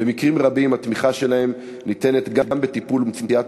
במקרים רבים התמיכה שלהם ניתנת גם בטיפול ומציאת